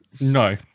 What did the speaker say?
No